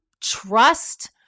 trust